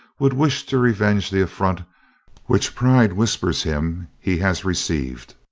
would wish to revenge the affront which pride whispers him he has received.